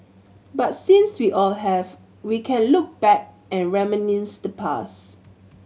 but since we all have we can look back and reminisce the past